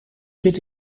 zit